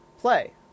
Play